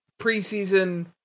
preseason